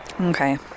okay